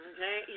Okay